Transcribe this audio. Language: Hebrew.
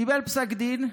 הוא קיבל פסק דין,